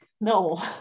No